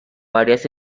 varias